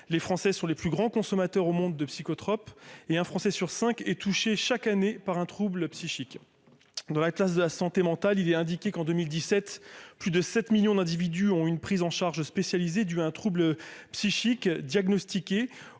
les Français sont les plus grands consommateurs au monde de psychotropes et un Français sur 5 est touché, chaque année par un trouble psychique de l'Atlas de la santé mentale, il est indiqué qu'en 2017 plus de 7 millions d'individus ont une prise en charge spécialisée du un trouble psychique diagnostiqué